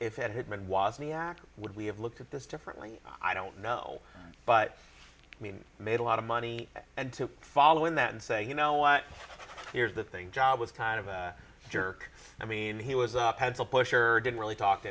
if had been was me would we have looked at this differently i don't know but we made a lot of money and to follow in that and say you know what here's the thing job was kind of a jerk i mean he was up pencil pusher didn't really talk to